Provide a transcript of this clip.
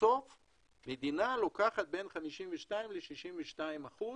מדינה לוקחת בין 52% ל-62%,